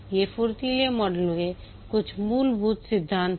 ये फुर्तीले मॉडल के कुछ मूलभूत सिद्धांत हैं